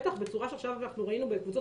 בטח בצורה שעכשיו אנחנו ראינו איך בקבוצות